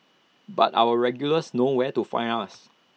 but our regulars know where to find us